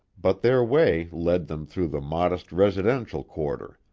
but their way led them through the modest residential quarter.